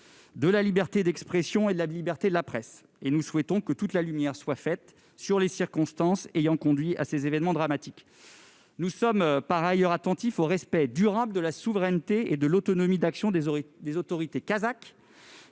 de la liberté d'expression et de la liberté de la presse. Nous souhaitons que toute la lumière soit faite sur les circonstances ayant conduit à ces événements tragiques. Par ailleurs, nous sommes attentifs au respect durable de la souveraineté et de l'autonomie d'action des autorités kazakhes,